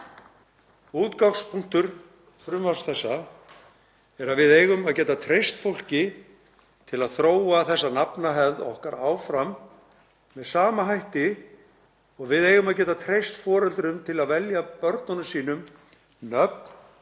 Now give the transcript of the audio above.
Útgangspunktur þessa frumvarps er að við eigum að geta treyst fólki til að þróa þessa nafnahefð okkar áfram með sama hætti og við eigum að geta treyst foreldrum til að velja börnum sínum nöfn